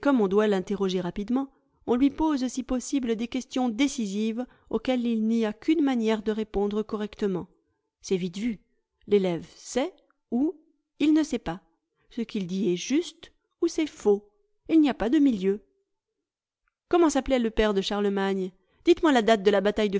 on doit l'interroger rapidement on lui pose si possible des questions décisives auxquelles il n'y a qu'une manière de répondre correctement c'est vite vu l'élève sait ou il ne sait pas ce qu'il dit est juste ou c'est faux il n'y a pas de milieu